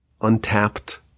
untapped